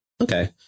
Okay